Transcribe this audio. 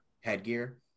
headgear